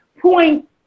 Point